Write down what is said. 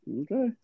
Okay